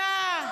נכבדה.